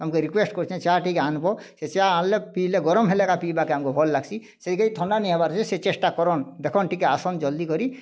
ତମ୍କେ ରିକ୍ୱେଷ୍ଟ୍ କରୁଛେଁ ଚା ଟିକେ ଆନ୍ବ ସେ ଚା ଆନ୍ଲେ ପିଇଲେ ଗରମ୍ ହେଲେ ଏକା ପିଇବାକେ ଆମ୍କୁ ଭଲ୍ ଲାଗ୍ସି ଥଣ୍ଡା ନାଇଁ ହେବା ଯେ ସେ ଚେଷ୍ଟା କରୁନ୍ ଦେଖୁନ୍ ଟିକେ ଆସୁନ୍ ଜଲ୍ଦି କରି